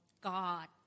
god